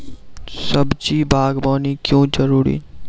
सब्जी बागवानी क्यो जरूरी?